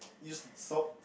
use salt